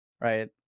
Right